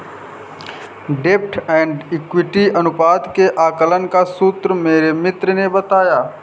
डेब्ट and equity अनुपात के आकलन का सूत्र मेरे मित्र ने बताया